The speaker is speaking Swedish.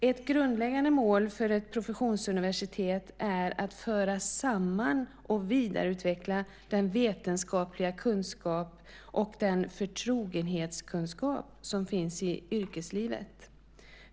Ett grundläggande mål för ett professionsuniversitet är att föra samman och vidareutveckla den vetenskapliga kunskap och den förtrogenhetskunskap som finns i yrkeslivet.